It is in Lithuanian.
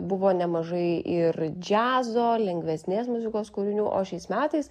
buvo nemažai ir džiazo lengvesnės muzikos kūrinių o šiais metais